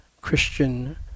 Christian